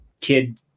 kid